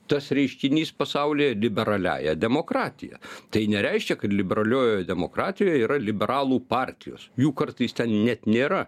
tas reiškinys pasaulyje liberaliąja demokratija tai nereiškia kad liberaliojoj demokratijoj yra liberalų partijos jų kartais ten net nėra